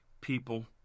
People